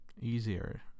easier